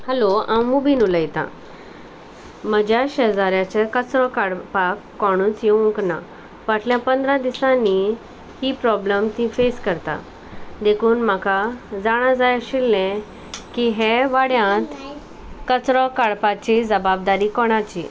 hello हांव मुबीन उलयतां म्हज्या शेजाऱ्याचे कचरो काडपाक कोणूच येवंक ना फाटल्या पंदरा दिसांनी ही प्रोब्लम ती फेस करता देखून म्हाका जाणा जाय आशिल्ले की हे वाड्यांत कचरो काडपाची जबाबदारी कोणाची